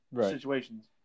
situations